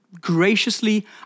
graciously